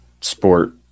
sport